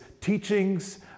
teachings